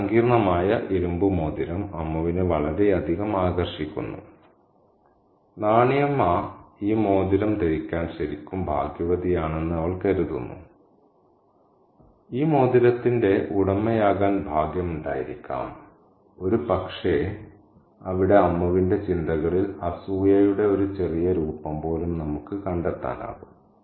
ഈ സങ്കീർണ്ണമായ ഇരുമ്പ് മോതിരം അമ്മുവിനെ വളരെയധികം ആകർഷിക്കുന്നു നാണി അമ്മ ഈ മോതിരം ധരിക്കാൻ ശരിക്കും ഭാഗ്യവതിയാണെന്ന് അവൾ കരുതുന്നു ഈ മോതിരത്തിന്റെ ഉടമയാകാൻ ഭാഗ്യമുണ്ടായിരിക്കാം ഒരുപക്ഷേ അവിടെ അമ്മുവിന്റെ ചിന്തകളിൾ അസൂയയുടെ ഒരു ചെറിയ രൂപം പോലും നമുക്ക് കണ്ടെത്താനാകും